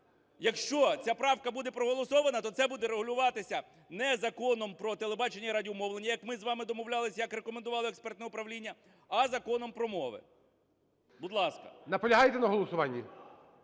Якщо ця правка буде проголосована, то це буде регулюватися не Законом "Про телебачення і радіомовлення", як ми з вами домовлялися, як рекомендувало експертне управління, а Законом про мови. Будь ласка. ГОЛОВУЮЧИЙ. Наполягаєте на голосуванні?